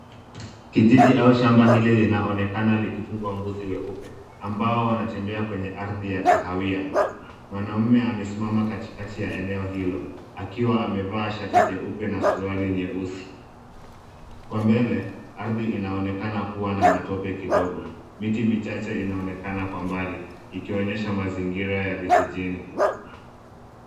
Kijiji au shamba hili linaonekana likifungwa mbuzi weupe ambao wanatembea kwenye ardhi ya kahawia. Mwanamume amesimama katikati ya eneo hilo akiwa amevaa shati jeupe na suruali nyeusi. Kwa mbele, ardhi inaonekana kuwa na matope kidogo. Miti michache inaonekana kwa mbali, ikionyesha mazingira ya vijijini.